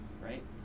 right